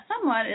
somewhat